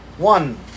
One